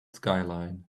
skyline